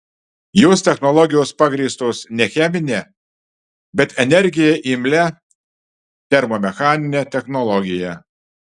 jos technologijos pagrįstos ne chemine bet energijai imlia termomechanine technologija